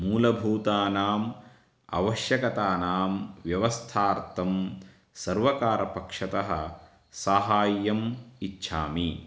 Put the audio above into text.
मूलभूतानाम् आवश्यकतानां व्यवस्थार्थं सर्वकारपक्षतः साहाय्यम् इच्छामि